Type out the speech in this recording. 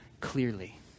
clearly